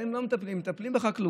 בהם לא מטפלים, מטפלים בחקלאות.